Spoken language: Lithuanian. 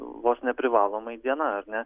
vos neprivalomai diena ar ne